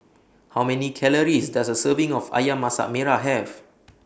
How Many Calories Does A Serving of Ayam Masak Merah Have